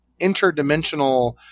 interdimensional